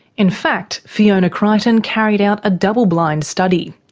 in fact, fiona crichton carried out a double blind study.